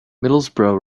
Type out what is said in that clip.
middlesbrough